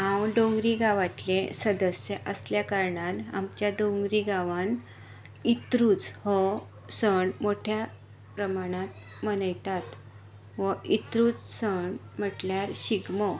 हांव डोंगरी गांवांतले सदस्य आसल्या कारणान आमच्या डोंगरी गांवांन इत्रूज हो सण मोट्या प्रमाणान मनयतात हो इंत्रूज सण म्हणल्यार शिगमो